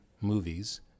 movies